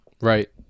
Right